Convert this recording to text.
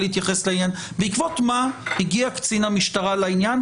בעקבות מה הגיע קצין המשטרה לעניין,